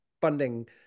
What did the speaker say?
funding